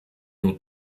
nur